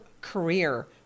career